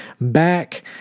back